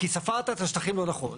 כי ספרת את השטחים לא נכון.